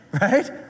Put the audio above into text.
right